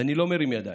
ואני לא מרים ידיים,